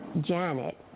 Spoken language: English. Janet